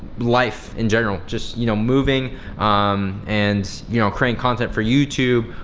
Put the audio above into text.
life in general. just you know moving um and you know creating content for youtube,